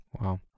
Wow